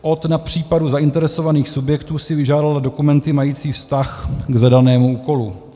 Od na případu zainteresovaných subjektů si vyžádala dokumenty mající vztah k zadanému úkolu.